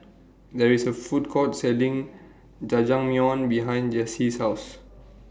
There IS A Food Court Selling Jajangmyeon behind Jesse's House